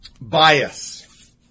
bias